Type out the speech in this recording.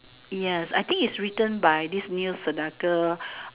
yes I think it's written by this Neil Sedaka